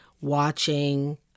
watching